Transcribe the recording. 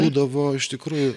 būdavo iš tikrųjų